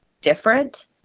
different